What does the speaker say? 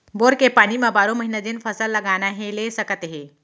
bore के पानी म बारो महिना जेन फसल लगाना हे ले सकत हे